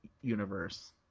universe